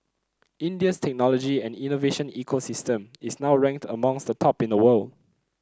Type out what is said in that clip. India's technology and innovation ecosystem is now ranked amongst the top in the world